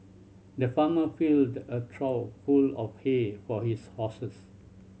the farmer filled a trough full of hay for his horses